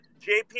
JP